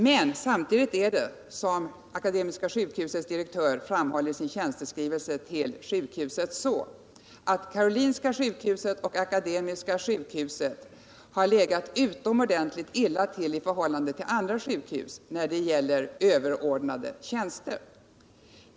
Men samtidigt är det, som akademiska sjukhusets direktör framhåller i sin tjänsteskrivelse till sjukhuset, så att karolinska sjukhuset och akademiska sjukhuset har legat utomordentligt illa till i förhållande till andra sjukhus när det gäller överordnade tjänster.